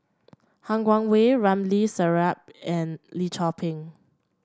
Han Guangwei Ramli Sarip and Lim Chor Pee